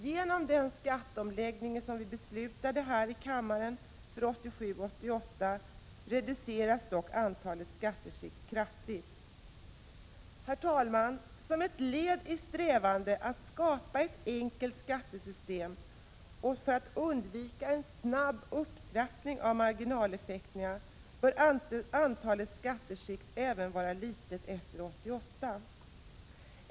Genom den skatteomläggning som vi här i kammaren beslutade för 1987 och 1988 reduceras dock antalet skatteskikt kraftigt. Som ett led i strävandena att skapa ett enkelt skattesystem och för att undvika en snabb upptrappning av marginaleffekterna bör antalet skatteskikt vara litet även efter 1988.